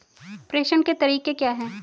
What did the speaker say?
प्रेषण के तरीके क्या हैं?